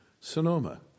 Sonoma